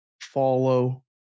follow